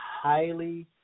highly